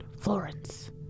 Florence